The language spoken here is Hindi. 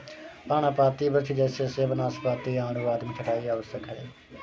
पर्णपाती वृक्ष जैसे सेब, नाशपाती, आड़ू आदि में छंटाई आवश्यक है